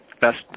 Best